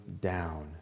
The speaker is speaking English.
down